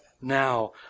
now